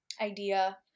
idea